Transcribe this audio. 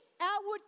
outward